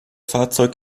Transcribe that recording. fahrzeug